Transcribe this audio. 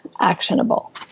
actionable